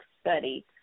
study